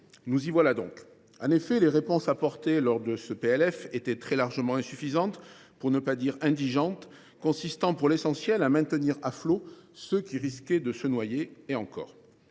Nous y voilà donc. En effet, les réponses apportées lors de l’examen du budget étaient très largement insuffisantes, pour ne pas dire indigentes. Elles consistaient pour l’essentiel à maintenir à flot ceux qui risquaient de se noyer, et encore…